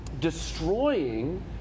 destroying